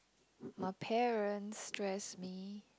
my parents stress me